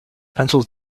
pencils